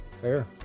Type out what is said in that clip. Fair